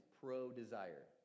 pro-desire